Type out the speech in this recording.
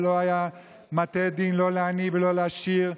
ולא היה מטה דין לא לעני ולא לעשיר,